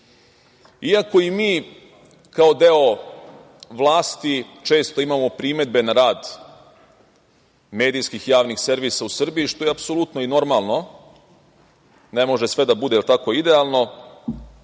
i mi kao deo vlasti često imamo primedbe na rad medijskih javnih servisa u Srbiji, što je apsolutno i normalno, ne može sve da bude idealno.